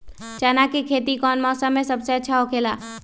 चाना के खेती कौन मौसम में सबसे अच्छा होखेला?